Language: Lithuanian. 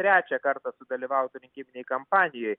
trečią kartą sudalyvautų rinkiminėj kampanijoj